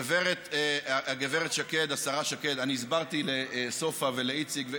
הגברת שקד, השרה שקד, אני הסברתי לסופה ולאיציק.